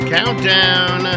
Countdown